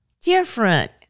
different